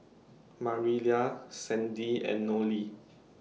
Marilla Sandie and Nolie